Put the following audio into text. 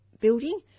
building